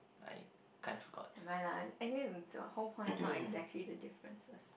i kind of forgot